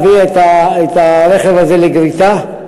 אושר להביא את הרכב הזה לגריטה.